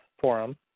forum